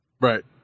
right